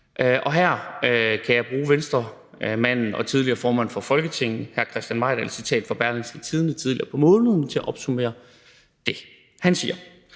Og her kan jeg bruge Venstremanden og tidligere formand for Folketinget hr. Christian Mejdahls citat fra Berlingske tidligere på måneden til at opsummere det. Han siger: